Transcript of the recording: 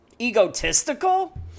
egotistical